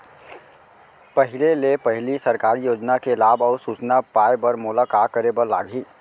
पहिले ले पहिली सरकारी योजना के लाभ अऊ सूचना पाए बर मोला का करे बर लागही?